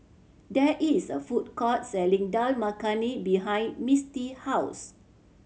there is a food court selling Dal Makhani behind Misti house